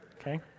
okay